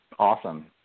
Awesome